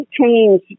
change